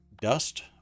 dust